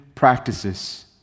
practices